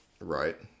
Right